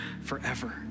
forever